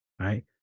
right